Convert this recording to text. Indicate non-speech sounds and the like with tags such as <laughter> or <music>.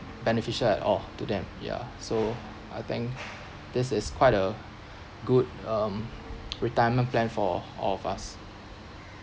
beneficial at all to them ya so I think this is quite a good um <noise> retirement plan for all of us